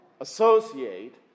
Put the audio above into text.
associate